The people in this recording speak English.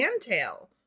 tail